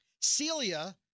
Celia